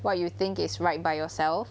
what you think is right by yourself